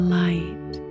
light